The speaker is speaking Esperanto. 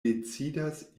decidas